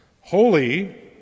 Holy